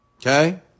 Okay